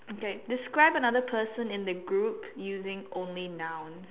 okay describe another person in the group using only noun